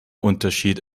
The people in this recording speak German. unterschied